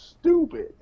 stupid